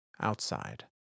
outside